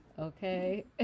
Okay